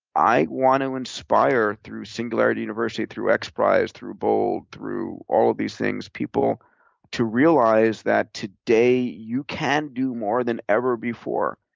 i want to inspire, through singularity university, through xprize, through bold, through all of these things people to realize that today, you can do more than ever before.